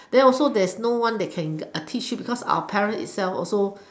then also there's no one that can teach you because our parents itself also